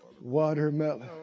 Watermelon